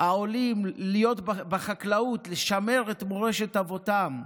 העולים להיות בחקלאות, לשמר את מורשת אבותיהם,